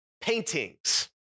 Paintings